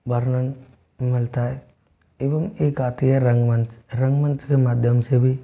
वर्णन मिलता है एवं एक आती है रंगमंच रंगमंच के माध्यम से भी